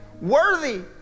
worthy